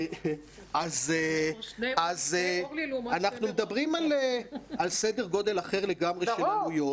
אז אנחנו מדברים על סדר גודל אחר לגמרי של עלויות.